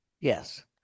Yes